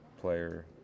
player